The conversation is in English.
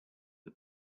the